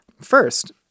first